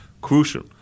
crucial